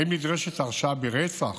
האם נדרשת הרשעה ברצח